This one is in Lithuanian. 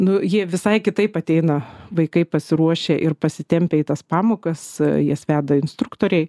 nu jie visai kitaip ateina vaikai pasiruošę ir pasitempę į tas pamokas jas veda instruktoriai